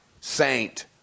saint